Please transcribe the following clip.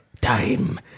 Time